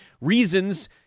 reasons